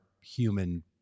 human